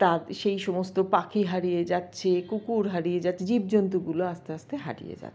তা সেই সমস্ত পাখি হারিয়ে যাচ্ছে কুকুর হারিয়ে যাচ্ছে জীবজন্তুগুলো আস্তে আস্তে হারিয়ে যাচ্ছে